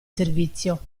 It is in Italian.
servizio